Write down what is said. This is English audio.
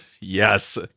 yes